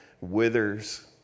withers